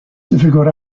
difficult